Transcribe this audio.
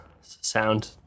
sound